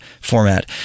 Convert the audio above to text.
format